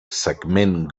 segment